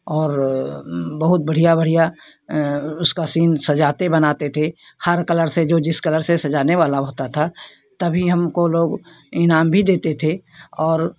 और बहुत बढ़िया बढ़िया उसका सीन सजाते बनाते थे हर कलर से जो जिस कलर से सजाने वाला होता था तभी हमको लोग इनाम भी देते थे और